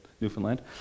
Newfoundland